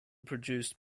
produced